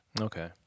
Okay